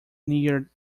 near